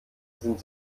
sind